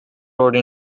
rode